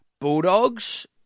Bulldogs